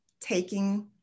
taking